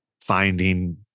finding